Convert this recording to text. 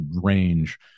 range